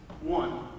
one